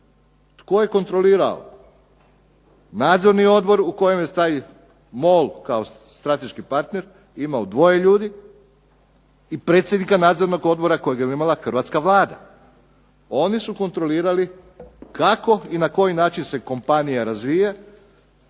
Tko je kontrolirao? Nadzorni odbor u kojem je taj MOL kao strateški partner imao dvoje ljudi i predsjednika nadzornog odbora kojeg je imala hrvatska Vlada. Oni su kontrolirali kako se i na koji način se kompanija razvija,